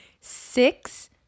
six